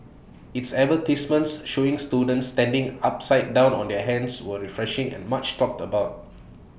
its advertisements showing students standing upside down on their hands were refreshing and much talked about